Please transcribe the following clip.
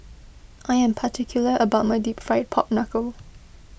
I am particular about my Deep Fried Pork Knuckle